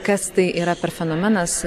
kas tai yra per fenomenas